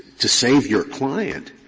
to save your client,